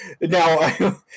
Now